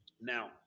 Now